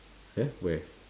eh where